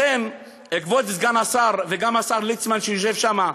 כבוד סגן השר, וגם השר ליצמן, שיושב שם,